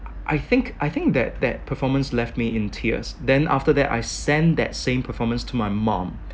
I think I think that that performance left me in tears then after that I sent that same performance to my mom